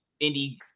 indie